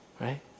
right